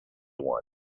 one